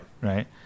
Right